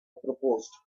proposed